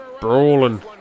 brawling